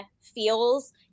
feels